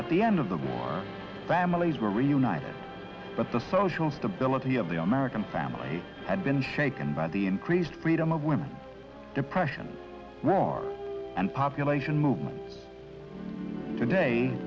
at the end of the war families were reunited but the social stability of the american family had been shaken by the increased freedom of women depression rock and population move today